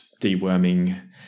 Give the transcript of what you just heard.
deworming